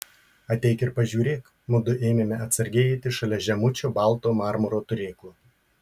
ateik ir pažiūrėk mudu ėmėme atsargiai eiti šalia žemučio balto marmuro turėklo